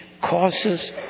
causes